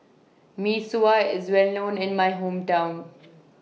Mee Sua IS Well known in My Hometown